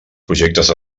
projectes